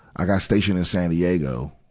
i got stationed in san diego,